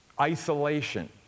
Isolation